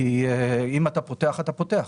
כי אם אתה פותח, אתה פותח.